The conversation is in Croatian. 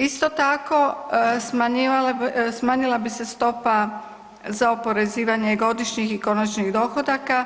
Isto tako, smanjila bi se stopa za oporezivanje godišnjih i konačnih dohodaka